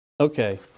okay